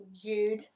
jude